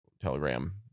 telegram